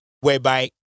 Whereby